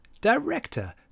director